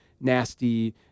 nasty